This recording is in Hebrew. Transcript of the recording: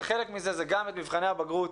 וחלק מזה זה מבחני הבגרות,